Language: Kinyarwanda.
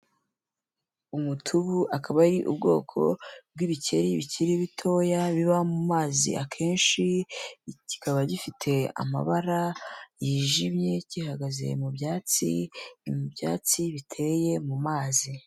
Umutubu, akaba ari ubwoko bw'ibikeri bikiri bitoya biba mu mazi akenshi, kikaba gifite amabara yijimye, gihagaze mu byatsi, ni mu byatsi biteye mu mazi.